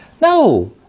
No